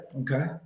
Okay